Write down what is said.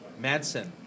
Madsen